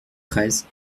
treize